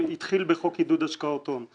התחיל בחוק עידוד השקעות הון.